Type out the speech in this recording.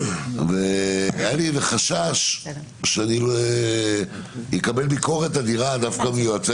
והיה לי חשש שאני אקבל ביקורת אדירה דווקא מיועצי